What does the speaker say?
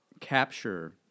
capture